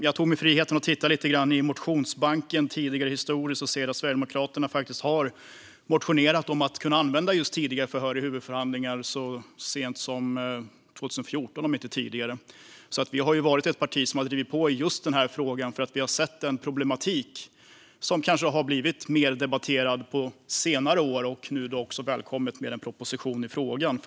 Jag tog mig friheten att titta i motionsbanken och såg att Sverigedemokraterna motionerade om att kunna använda tidiga förhör i huvudförhandlingar så tidigt som 2014, om inte tidigare. Historiskt sett har vi alltså varit ett parti som drivit på i den här frågan. Vi har sett en problematik som kanske blivit mer debatterad på senare år. Det är välkommet med en proposition i frågan.